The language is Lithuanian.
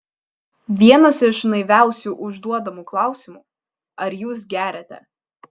vienas iš naiviausių užduodamų klausimų ar jūs geriate